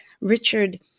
Richard